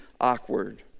awkward